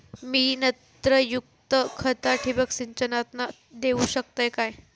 मी नत्रयुक्त खता ठिबक सिंचनातना देऊ शकतय काय?